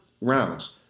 rounds